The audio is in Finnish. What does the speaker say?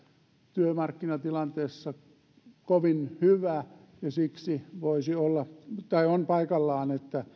työmarkkinatilanteessa ei ole kovin hyvä siksi on paikallaan että